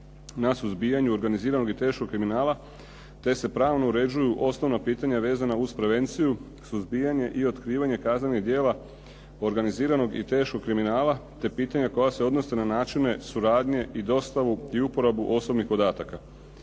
na suzbijanju organiziranog i teškog kriminala te se pravno uređuju osnovna pitanja vezana uz prevenciju, suzbijanje i otkrivanje kaznenih djela organiziranog i teškog kriminala te pitanja koja se odnose na načine suradnje i dostavu i uporabu osobnih podataka.